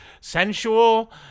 sensual